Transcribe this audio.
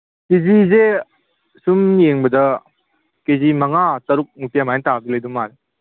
ꯀꯦ ꯖꯤꯁꯦ ꯁꯨꯝ ꯌꯦꯡꯕꯗ ꯀꯦ ꯖꯤ ꯃꯉꯥ ꯇꯔꯨꯛꯃꯨꯛꯇꯤ ꯑꯗꯨꯃꯥꯏꯅ ꯇꯥꯕꯗꯤ ꯂꯩꯗꯧ ꯃꯥꯜꯂꯤ